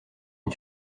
une